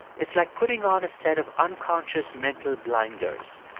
it's like putting on a set of unconscious mental blinders.